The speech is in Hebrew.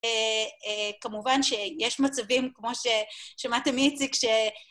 כמובן שיש מצבים, כמו ששמעתם מאיציק, כש...